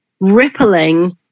rippling